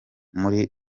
muri